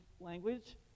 language